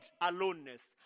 aloneness